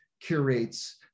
curates